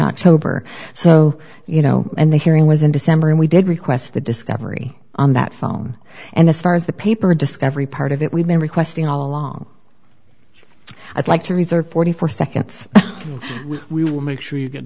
october so you know and the hearing was in december and we did request the discovery on that phone and as far as the paper discovery part of it we've been requesting all along i'd like to reserve forty four seconds we will make sure you